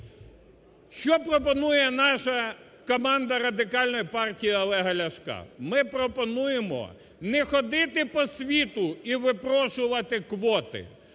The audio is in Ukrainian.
Що пропонує наша команда Радикальної партії Олега Ляшка? Ми пропонуємо не ходити по світу і випрошувати квоти,